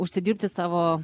užsidirbti savo